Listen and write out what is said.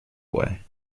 away